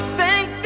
thank